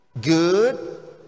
Good